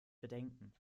bedenken